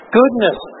goodness